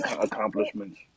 accomplishments